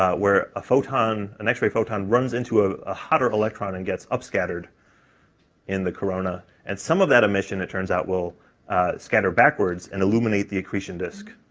where a photon an x-ray photon runs into ah a hotter electron and gets up scattered in the corona, and some of that emission it turns out will scatter backwards and illuminate the accretion disk.